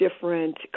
different